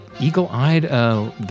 eagle-eyed